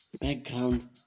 background